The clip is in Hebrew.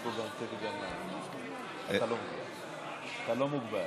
אתה לא מוגבל.